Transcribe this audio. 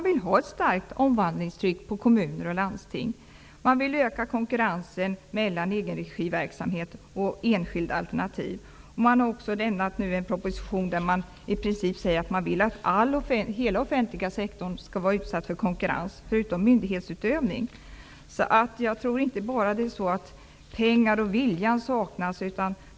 Regeringen vill öka konkurrensen mellan egenregiverksamhet och enskilda alternativ. Man har lämnat en proposition där det står att hela offentliga sektorn, förutom myndighetsutövning, skall vara utsatt för konkurrens. Jag tror inte bara att det är pengar eller vilja som saknas.